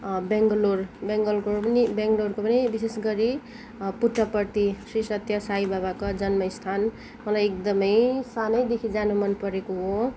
बेङ्गलोर बेङ्गलोरको पनि बेङ्गलोरको पनि विशेष गरी पुट्टपर्ती श्री सत्य साई बाबाको जन्मस्थान मलाई एकदमै सानैदेखि जानु मनपरेको हो